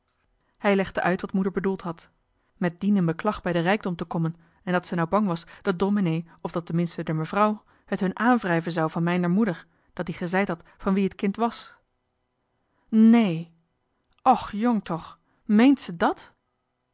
hij legde uit wat moeder bedoeld had met dien in beklag bij de rijkdom te kommen en dat ze nou bang was dat domenee of dat te minste dien d'er mevrouw het hun aanwrijven zou van mijn d'er moeder dat die gezeid had van wie het kind was nee och jong toch meent ze dàt